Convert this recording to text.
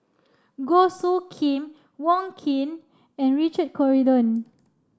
Goh Soo Khim Wong Keen and Richard Corridon